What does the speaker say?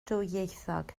ddwyieithog